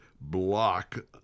block